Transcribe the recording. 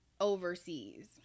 overseas